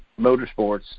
Motorsports